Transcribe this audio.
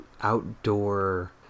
outdoor